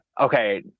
okay